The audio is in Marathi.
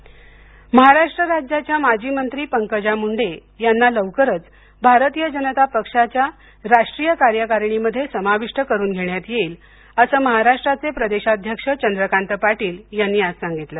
पंकजा मंडे महाराष्ट्र राज्याच्या माजी मंत्री पंकजा मुंडे यांना लवकरच भारतीय जनता पक्षाच्या राष्ट्रीय कार्यकारिणीमध्ये समाविष्ट करून घेण्यात येईल असं महाराष्ट्राचे प्रदेशाध्यक्ष चंद्रकांत पाटील यांनी आज सांगितलं